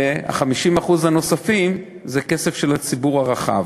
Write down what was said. וה-50% הנוספים זה כסף של הציבור הרחב.